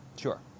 Sure